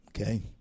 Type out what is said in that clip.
okay